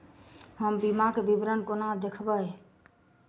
हम बीमाक विवरण कोना देखबै?